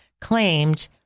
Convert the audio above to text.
claimed